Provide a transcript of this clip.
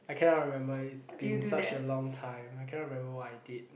I cannot remember it's been such a long time I cannot remember what I did